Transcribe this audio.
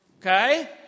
Okay